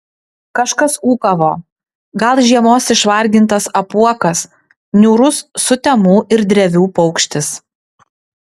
kažkas ūkavo gal žiemos išvargintas apuokas niūrus sutemų ir drevių paukštis